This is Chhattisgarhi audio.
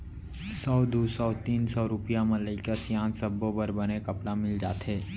सौ, दू सौ, तीन सौ रूपिया म लइका सियान सब्बो बर बने कपड़ा मिल जाथे